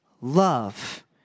Love